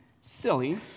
silly